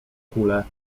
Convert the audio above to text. kule